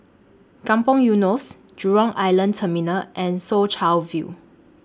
Kampong Eunos Jurong Island Terminal and Soo Chow View